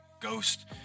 ghost